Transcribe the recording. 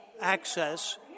access